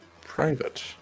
private